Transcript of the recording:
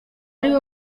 ariwe